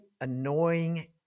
annoying